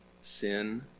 sin